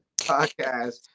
podcast